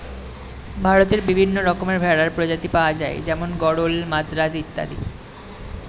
ভারতে বিভিন্ন রকমের ভেড়ার প্রজাতি পাওয়া যায় যেমন গরল, মাদ্রাজ অত্যাদি